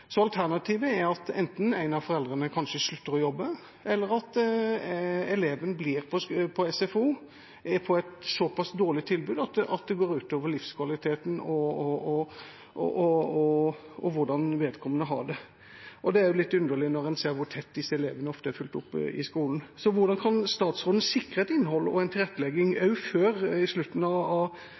Så alternativet er enten at en av foreldrene kanskje slutter å jobbe, eller at eleven blir på SFO, men med et såpass dårlig tilbud at det går ut over livskvaliteten og hvordan vedkommende har det. Det er litt underlig når man ser hvor tett disse elevene ofte er fulgt opp i skolen. Hvordan kan statsråden sikre et innhold og en tilrettelegging, også før slutten av